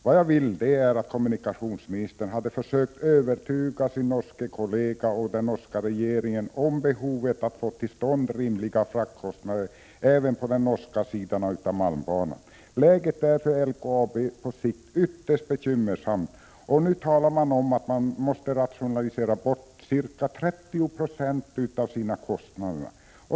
Vad jag vill är att kommunikationsministern skulle försöka övertyga sin norske kollega och den norska regeringen om behovet av att få till stånd rimliga fraktkostnader även på den norska sidan av malmbanan. Läget för LKAB är på sikt ytterst bekymmersamt. Nu säger man att man måste rationalisera bort ca 30 96 av sina kostnader.